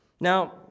Now